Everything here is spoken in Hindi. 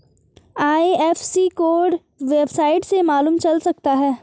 आई.एफ.एस.सी कोड वेबसाइट से मालूम चल सकता है